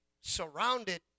surrounded